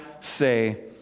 say